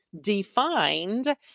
defined